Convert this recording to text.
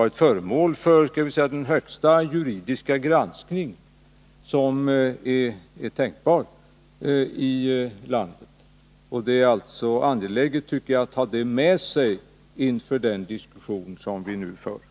att förslaget har varit föremål för den högsta juridiska granskning som är tänkbar i landet — är angeläget att ta med sig i den diskussion som vi nu för.